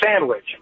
sandwich